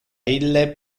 ille